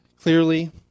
clearly